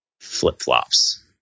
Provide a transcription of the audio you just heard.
flip-flops